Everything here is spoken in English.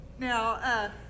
Now